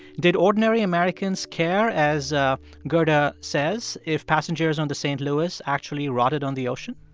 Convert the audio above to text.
did ordinary americans care, as ah gerda says, if passengers on the st. louis actually rotted on the ocean?